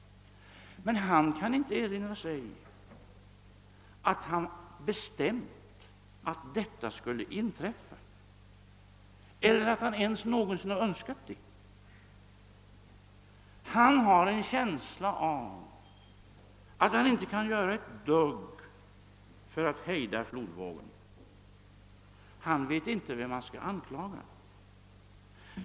Men han kan inte erinra sig att han bestämt att detta skulle inträffa eller att han ens Önskat det. Han har en känsla av att han inte kan göra ett dugg för att hejda flodvågen. Han vet inte vem han skall anklaga.